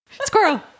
squirrel